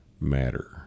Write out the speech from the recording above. matter